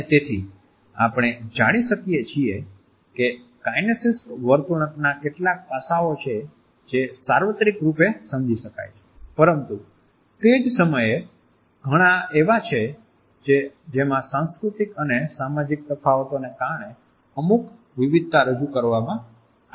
અને તેથી આપણે જાણી શકીએ છીએ કે કાઈનેસીક્સ વર્તણૂકના કેટલાક પાસાઓ છે જે સાર્વત્રિક રૂપે સમજી શકાય છે પરંતુ તે જ સમયે ઘણા એવા છે જેમાં સાંસ્કૃતિક અને સામાજિક તફાવતને કારણે અમુક વિવિધતા રજૂ કરવામાં આવી છે